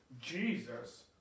Jesus